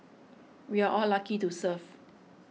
we're all lucky to serve